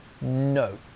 No